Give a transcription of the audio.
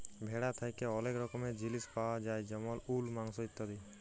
ভেড়া থ্যাকে ওলেক রকমের জিলিস পায়া যায় যেমল উল, মাংস ইত্যাদি